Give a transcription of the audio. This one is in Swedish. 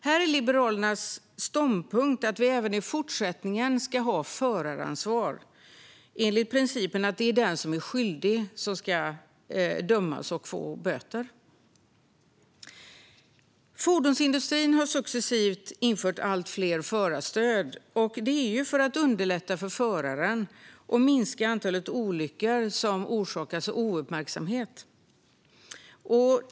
Här är Liberalernas ståndpunkt att vi även i fortsättningen ska ha föraransvar enligt principen att det är den som är skyldig som ska dömas och få böter. Fordonsindustrin har successivt infört allt fler förarstöd för att underlätta för föraren och minska antalet olyckor som orsakas av ouppmärksamhet.